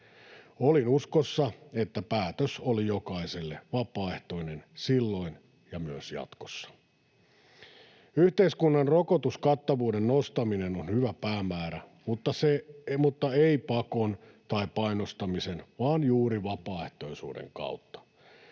Olin uskossa, että päätös oli jokaiselle vapaaehtoinen silloin ja on myös jatkossa. Yhteiskunnan rokotuskattavuuden nostaminen on hyvä päämäärä mutta ei pakon tai painostamisen vaan juuri vapaaehtoisuuden kautta.